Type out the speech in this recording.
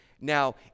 now